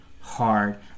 hard